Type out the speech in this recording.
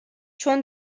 چون